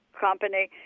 company